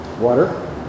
water